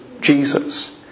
Jesus